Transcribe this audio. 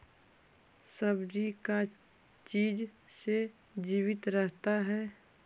सब्जी का चीज से जीवित रहता है?